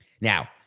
Now